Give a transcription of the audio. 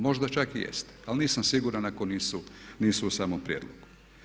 Možda čak i jeste, ali nisam siguran ako nisu u samom prijedlogu.